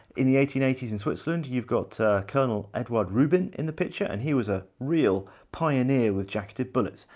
in the eighteen eighty s in switzerland, you've got colonel eduard rubin in the picture, and he was a real pioneer with jacketed bullets.